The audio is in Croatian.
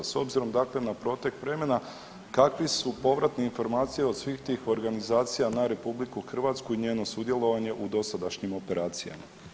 S obzirom dakle na protek vremena kakvi su povratni informacije od svih tih organizacija na RH i njeno sudjelovanje u dosadašnjim operacijama?